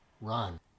run